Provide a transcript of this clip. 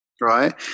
right